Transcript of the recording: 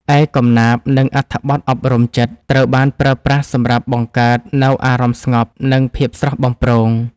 ឯកំណាព្យ និងអត្ថបទអប់រំចិត្ត ត្រូវបានប្រើប្រាស់សម្រាប់បង្កើតនូវអារម្មណ៍ស្ងប់ និងភាពស្រស់បំព្រង។